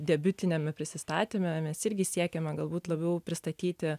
debiutiniame prisistatyme mes irgi siekiame galbūt labiau pristatyti